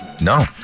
No